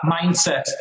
mindset